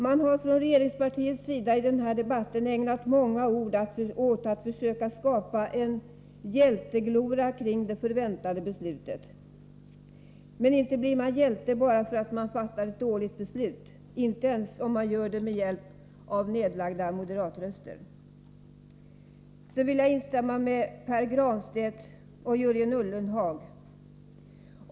Man har från regeringspartiets sida i den här debatten ägnat många ord åt att försöka skapa en hjältegloria kring det förväntade beslutet. Men inte blir man hjälte bara därför att man fattar ett dåligt beslut, inte ens om man gör det med hjälp av nedlagda moderatröster. Jag vill instämma med Pär Granstedt och Jörgen Ullenhag.